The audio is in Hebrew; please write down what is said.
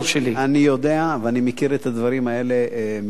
אני יודע ואני מכיר את הדברים האלה מקרוב.